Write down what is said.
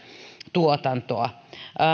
tuotantoa